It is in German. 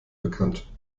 bekannt